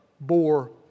bore